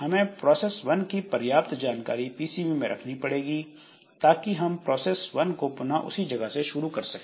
हमें process one की पर्याप्त जानकारी पीसीबी में रखनी पड़ेगी ताकि हम प्रोसेस वन को पुनः उसी जगह से शुरू कर सकें